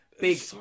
big